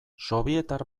sobietar